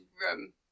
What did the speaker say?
room